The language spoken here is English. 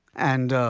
and